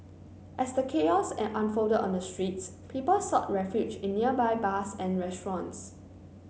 as the chaos unfolded on the streets people sought refuge in nearby bars and restaurants